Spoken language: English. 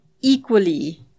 equally